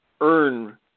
earn